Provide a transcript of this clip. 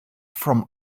from